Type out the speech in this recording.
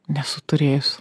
nesu turėjus